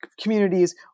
communities